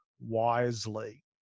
wisely